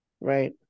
Right